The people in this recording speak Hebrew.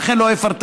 ולכן לא אפרטן.